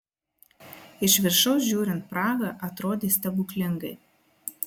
iš viršaus žiūrint praha atrodė stebuklingai